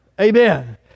Amen